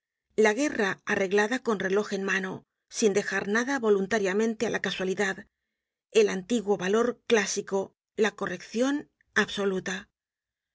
la guerra arreglada con reloj en mano sin dejar nada voluntariamente á la casualidad el antiguo valor clásico la correccion absoluta